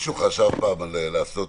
מישהו חשב פעם לתת